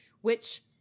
which-